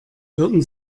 würden